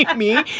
mean,